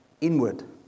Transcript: inward